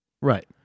right